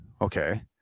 okay